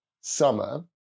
summer